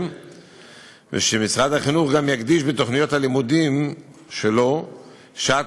ושמשרד החינוך גם יקדיש בתוכניות הלימודים שלו שעת